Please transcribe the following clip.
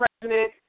president